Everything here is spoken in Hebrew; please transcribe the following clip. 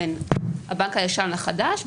בין הבנק הישן לחדש,